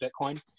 bitcoin